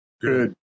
Good